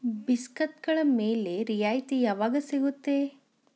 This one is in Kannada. ಬಿಸ್ಕತ್ತ್ಗಳ ಮೇಲೆ ರಿಯಾಯಿತಿ ಯಾವಾಗ ಸಿಗುತ್ತೆ